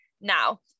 Now